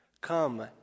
Come